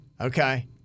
Okay